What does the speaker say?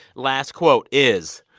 last quote is,